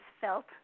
felt